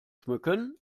schmücken